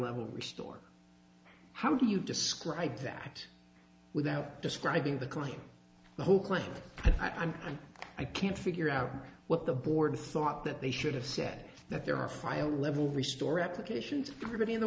level restore how do you describe that without describing the crime the whole clan i'm and i can't figure out what the board thought that they should have said that there are file level re store applications everybody in the